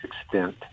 extent